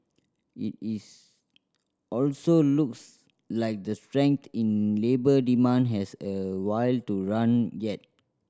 it is also looks like the strength in labour demand has a while to run yet